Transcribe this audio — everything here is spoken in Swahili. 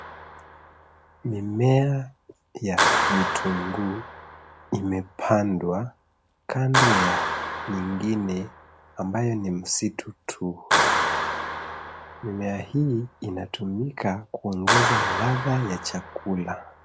Mimea ya vitunguu imepandwa kando ya nyingine ambayo ni msitu tu. Mimea hii inatumika kuongeza ladha ya chakula.